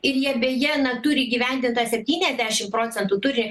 ir jie beje na turi įgyvendint tą septyniasdešim procentų turi